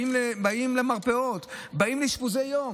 באים למרפאות, באים לאשפוזי יום.